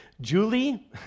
Julie